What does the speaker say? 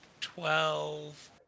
twelve